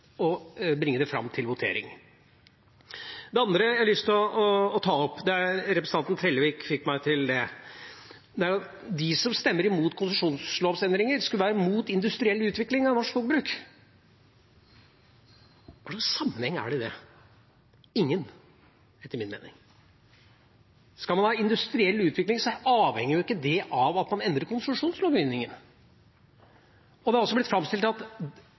og bringe det fram til votering. Det andre jeg har lyst til å ta opp, er – representanten Trellevik fikk meg til å gjøre det – påstanden om at de som stemmer imot konsesjonslovsendringer, skulle være imot industriell utvikling av norsk skogbruk. Hva slags sammenheng er det i det? Ingen, etter min mening. Skal man ha industriell utvikling, avhenger jo ikke det av at man endrer konsesjonslovgivningen. Det har også blitt framstilt som at